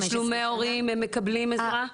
תשלומי הורים הם מקבלים עזרה?